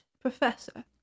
Professor